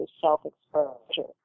self-exposure